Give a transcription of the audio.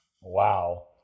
Wow